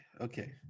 Okay